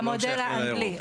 במודל האנגלי.